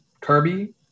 Kirby